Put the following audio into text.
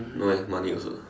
no eh money also